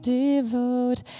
devote